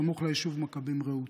סמוך ליישוב מכבים-רעות.